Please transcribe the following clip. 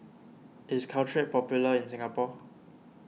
is Caltrate popular in Singapore